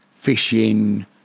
fishing